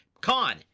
con